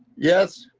yes.